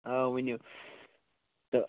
آ ؤنِو تہٕ